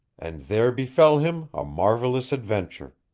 and there befell him a marvelous adventure.